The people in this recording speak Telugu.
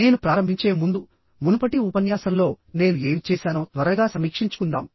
నేను ప్రారంభించే ముందు మునుపటి ఉపన్యాసంలో నేను ఏమి చేశానో త్వరగా సమీక్షించుకుందాం